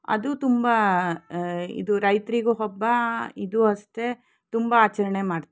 ಅದು ತುಂಬ ಇದು ರೈತರಿಗೂ ಹಬ್ಬ ಇದು ಅಷ್ಟೇ ತುಂಬ ಆಚರಣೆ ಮಾಡು